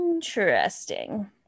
Interesting